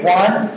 one